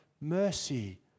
mercy